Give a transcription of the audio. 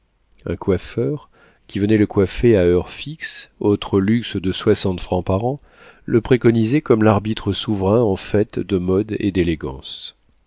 un coiffeur qui venait le coiffer à heure fixe autre luxe de soixante francs par an le préconisait comme l'arbitre souverain en fait de modes et d'élégance